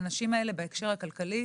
הנשים האלה בהקשר הכלכלי,